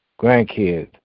grandkids